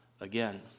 again